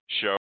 show